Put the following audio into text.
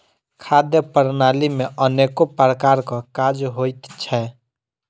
खाद्य प्रणाली मे अनेको प्रकारक काज होइत छै